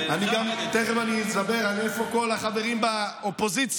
תכף אני אספר איפה כל החברים באופוזיציה.